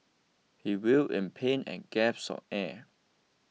he writh in pain and gasped for air